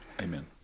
Amen